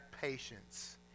patience